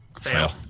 Fail